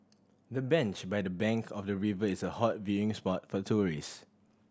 the bench by the bank of the river is a hot viewing spot for tourist